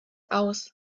aus